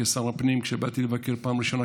כשבאתי כשר הפנים לבקר בפעם הראשונה,